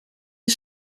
die